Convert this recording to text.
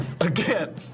Again